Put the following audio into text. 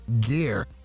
gear